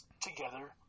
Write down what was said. together